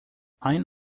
ein